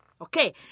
Okay